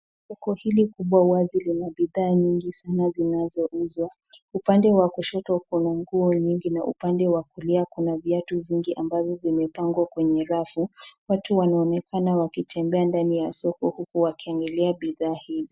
Soko hili kubwa wazi lina bidhaa nyingi sana zinazouzwa. Upande wa kushoto kuna nguo nyingi na upande wa kulia kuna viatu vingi ambavyo vimepangwa kwenye rafu. Watu wanaonekana wakitembea ndani ya soko huku wakiangalia bidhaa hizo.